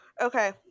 Okay